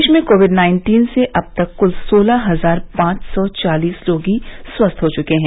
देश में covid nineteen से अब तक कुल सोलह हजार पांच सौ चालीस रोगी स्वस्थ हो चुके हैं